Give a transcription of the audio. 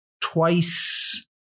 twice